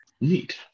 Neat